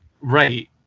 Right